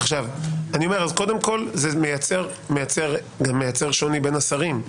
קודם כול, זה מייצר שוני בין השרים.